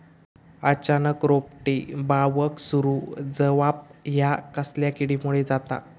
अचानक रोपटे बावाक सुरू जवाप हया कसल्या किडीमुळे जाता?